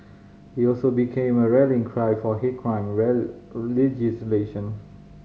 he also became a rallying cry for hate crime legislation